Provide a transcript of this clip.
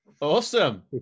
Awesome